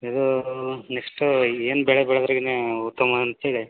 ಇದು ನೆಕ್ಷ್ಟು ಏನು ಬೆಳೆ ಬೆಳೆದ್ರೆಗಿನೆ ಉತ್ತಮ ಅಂತೇಳಿ